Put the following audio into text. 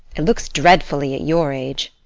it looks dreadfully at your age.